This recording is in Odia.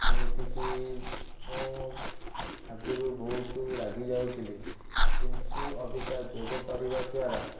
ଯେମିତିକି ମୁଁ ଆଗରୁ ବହୁତ ରାଗିଯାଉଥିଲି କିନ୍ତୁ ଅବିକା ଯୋଗ କରିବା ଦ୍ୱାରା